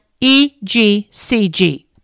EGCG